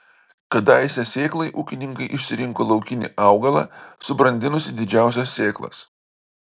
kadaise sėklai ūkininkai išsirinko laukinį augalą subrandinusį didžiausias sėklas